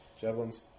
Javelins